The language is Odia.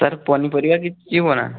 ସାର୍ ପନିପରିବା କିଛି ଯିବନା